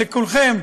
לכולכם,